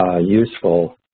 useful